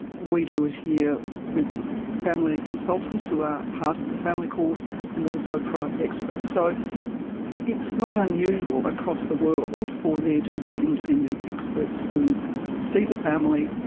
we do it here with family consultants who are part of the family court and also private experts. so it's not unusual across the world for there to be independent experts who see the family,